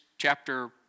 Chapter